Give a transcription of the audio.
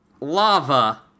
Lava